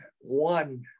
one